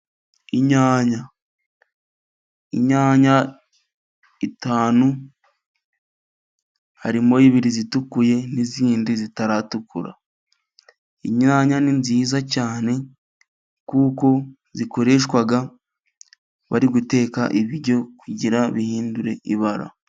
Inyanya, inyanya eshanu harimo ebyiri zitukuye n'izindi zitaratukura. Inyanya ni nziza cyane kuko zikoreshwa bari guteka ibiryo kugira ngo bihindure ibara.